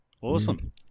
Awesome